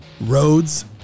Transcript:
Roads